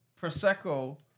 Prosecco